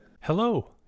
Hello